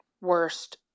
worst